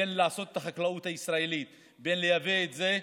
בין לעשות את החקלאות הישראלית ובין לייבא את זה,